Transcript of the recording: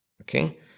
okay